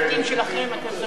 לא, גם בשלטים שלכם אתם שמים,